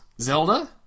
Zelda